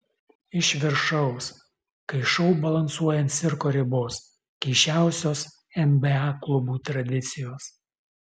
iš viršaus kai šou balansuoja ant cirko ribos keisčiausios nba klubų tradicijos